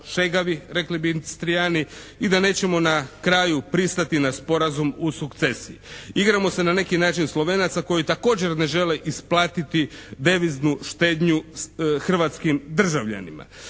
šegavi rekli bi Istrijani i da nećemo na kraju pristati na Sporazum o sukcesiji. Igramo se na neki način Slovenaca koji također na žele isplatiti deviznu štednju hrvatskim državljanima.